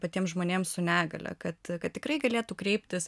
patiem žmonėms su negalia kad kad tikrai galėtų kreiptis